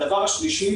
הדבר השלישי